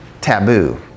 taboo